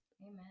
Amen